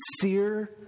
sincere